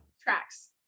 Tracks